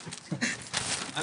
13:55.